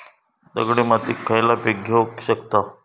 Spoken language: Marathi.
दगडी मातीत खयला पीक घेव शकताव?